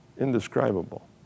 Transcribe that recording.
indescribable